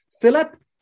Philip